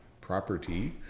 property